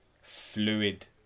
fluid